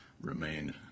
remain